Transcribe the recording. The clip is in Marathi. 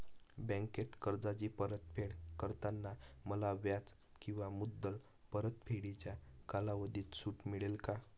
बँकेत कर्जाची परतफेड करताना मला व्याज किंवा मुद्दल परतफेडीच्या कालावधीत सूट मिळेल का?